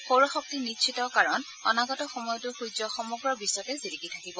সৌৰ শক্তি নিশ্চিত কাৰণ অনাগত সময়তো সূৰ্য সমগ্ৰ বিশ্বতে জিলিকি থাকিব